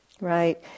right